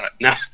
Now